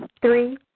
Three